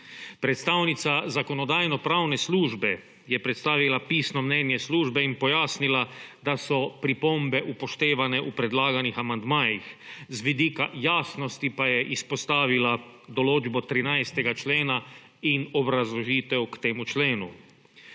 Predstavnica Zakonodajno-pravne službe je predstavila pisno mnenje službe in pojasnila, da so pripombe upoštevane v predlaganih amandmajih, z vidika jasnosti pa je izpostavila določbo 13. člena in obrazložitev k temu členu.